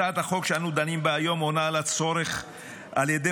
הצעת החוק שאנו דנים בה היום עונה על הצורך על ידי